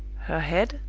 her head,